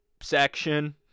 section